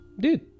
dude